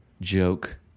joke